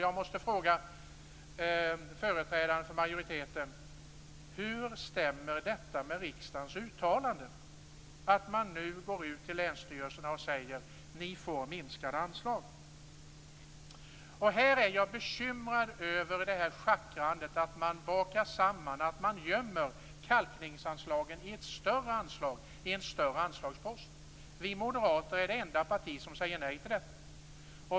Jag måste fråga företrädaren för majoriteten: Hur stämmer det med vad riksdagen har uttalat att man nu går ut till länsstyrelserna och säger att de får får minskade anslag? Jag är bekymrad över schackrandet här. Man bakar samman och gömmer kalkningsanslagen i en större anslagspost. Vi moderater är det enda partiet som säger nej till detta.